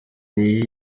iyo